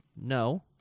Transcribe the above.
No